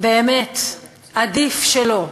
באמת, עדיף שלא.